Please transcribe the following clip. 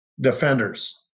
defenders